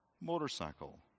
motorcycle